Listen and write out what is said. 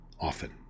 often